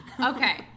Okay